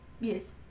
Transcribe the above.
Yes